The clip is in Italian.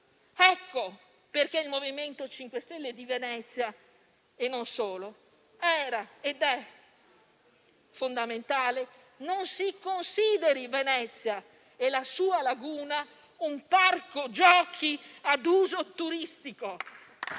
Ecco perché il MoVimento 5 Stelle di Venezia - e non solo - era ed è fondamentale. Non si consideri Venezia e la sua laguna un parco giochi ad uso turistico.